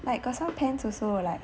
like got some pants also like